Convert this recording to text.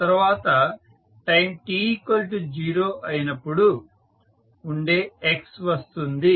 ఆ తర్వాత time t 0 అయినపుడు ఉండే x వస్తుంది